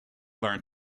learnt